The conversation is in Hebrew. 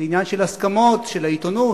זה עניין של הסכמות של העיתונות.